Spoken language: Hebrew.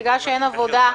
בגלל שאין עבודה,